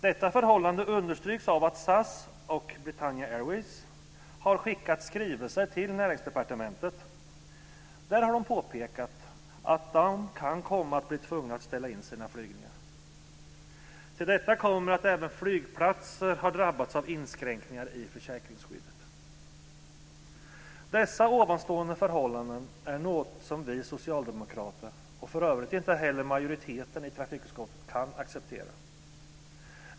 Detta förhållande understryks av att SAS och Britannia Airways har skickat skrivelser till Näringsdepartementet. Där har de påpekat att de kan komma att bli tvungna att ställa in sina flygningar. Till detta kommer att även flygplatser har drabbats av inskränkningar i försäkringsskyddet. Dessa nämnda förhållanden är något som vi socialdemokrater, och för övrigt inte heller majoriteten i trafikutskottet, kan acceptera.